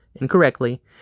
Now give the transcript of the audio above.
incorrectly